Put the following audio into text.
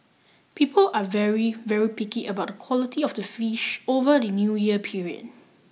people are very very picky about the quality of the fish over the New Year period